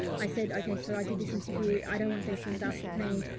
i said, okay, so i did this interview. i don't want these things asked of me,